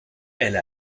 elle